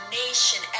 nation